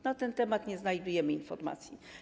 Na ten temat nie znajdujemy informacji.